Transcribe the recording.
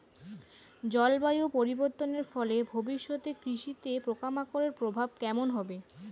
জলবায়ু পরিবর্তনের ফলে ভবিষ্যতে কৃষিতে পোকামাকড়ের প্রভাব কেমন হবে?